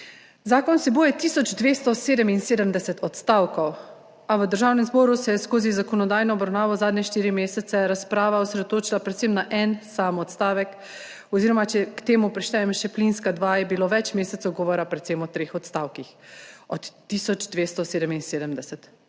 Zakon vsebuje tisoč 277 odstavkov, a v Državnem zboru se je skozi zakonodajno obravnavo zadnje štiri mesece razprava osredotočila predvsem na en sam odstavek, oziroma če k temu prištejem še plinska dva, je bilo več mesecev govora predvsem o treh odstavkih od tisoč